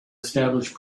established